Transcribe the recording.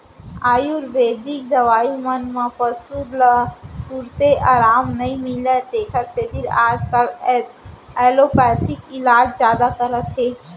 आयुरबेदिक दवई मन म पसु ल तुरते अराम नई मिलय तेकर सेती आजकाल एलोपैथी इलाज जादा कराथें